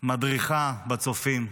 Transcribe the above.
מדריכה בצופים,